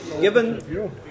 Given